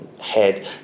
head